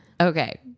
Okay